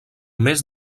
més